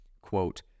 quote